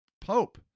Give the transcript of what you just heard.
Pope